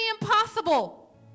impossible